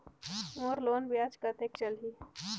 मोर loan ब्याज कतेक चलही?